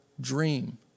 dream